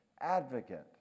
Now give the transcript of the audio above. advocate